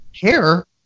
care